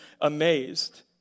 amazed